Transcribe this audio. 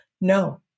no